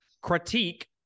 critique